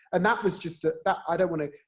and that was just ah that, i don't want to,